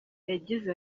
yagize